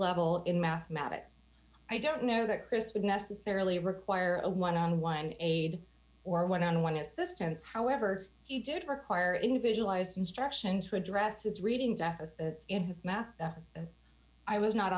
level in mathematics i don't know that chris would necessarily require a one on one aide or one on one assistance however he did require individualized instruction to address his reading deficit in his math i was not